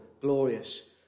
glorious